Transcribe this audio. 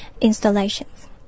installations